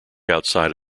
outside